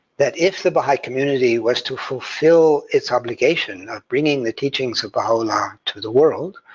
that if the baha'i community was to fulfill its obligation of bringing the teachings of baha'u'llah to the world,